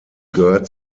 gehört